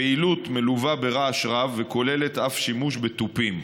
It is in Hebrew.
הפעילות מלווה ברעש רב וכוללת אף שימוש בתופים.